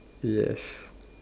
yes